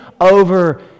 over